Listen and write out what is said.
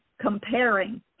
comparing